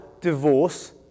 divorce